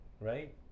right